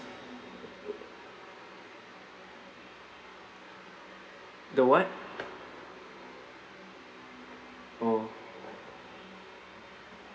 the what oh